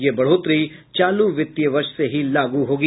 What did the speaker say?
यह बढ़ोतरी चालू वित्तीय वर्ष से ही लागू होगी